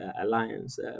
alliance